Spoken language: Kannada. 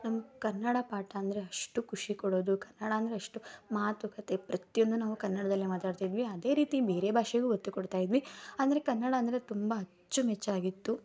ನಮ್ಮ ಕನ್ನಡ ಪಾಠ ಅಂದರೆ ಅಷ್ಟು ಖುಷಿ ಕೊಡೋದು ಕನ್ನಡ ಅಂದರೆ ಅಷ್ಟು ಮಾತು ಕಥೆ ಪ್ರತಿಯೊಂದನ್ನೂ ನಾವು ಕನ್ನಡದಲ್ಲೇ ಮಾತಾಡ್ತೀವಿ ಅದೇ ರೀತಿ ಬೇರೆ ಭಾಷೆಗೂ ಒತ್ತು ಕೊಡ್ತಾಯಿದ್ವಿ ಅಂದರೆ ಕನ್ನಡ ಅಂದರೆ ತುಂಬ ಅಚ್ಚು ಮೆಚ್ಚಾಗಿತ್ತು